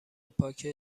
پاکه